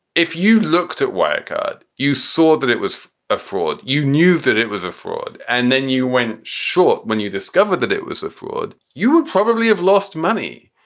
if you looked at work, ah you saw that it was a fraud. you knew that it was a fraud. and then you went short. when you discovered that it was a fraud, you would probably have lost money.